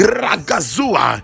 ragazua